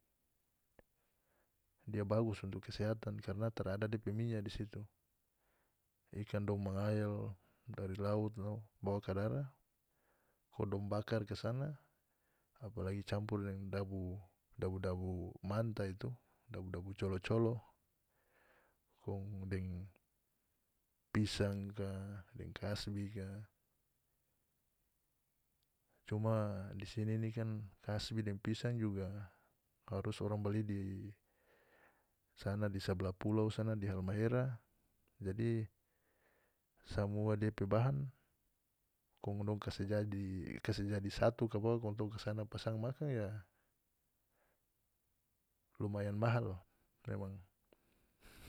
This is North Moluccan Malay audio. Dia bagus untuk kesehatan karna tarada dia pe minya di situ ikan dong mangael dari laut lao bawa kadara kong dong bakar kasana apalagi campur deng dabu dabu-dabu manta itu dabu-dabu colo-colo kong deng pisang ka deng kasbi ka cuma di sini ini kan kasbi deng pisang juga harus orang bali di sana di sabla pulau sana di halmahera jadi samua depe bahan kong dong kase jadi kase jadi satu kabawa kong tong kasana pasang makan ya lumayan mahal memang.